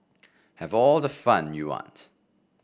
have all the fun you want